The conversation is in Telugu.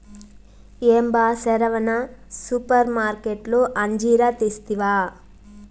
ఏం బా సెరవన సూపర్మార్కట్లో అంజీరా తెస్తివా